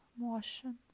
motion